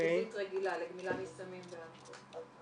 אשפוזית רגילה לגמילה מסמים ואלכוהול.